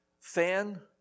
fan